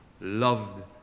Loved